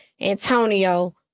Antonio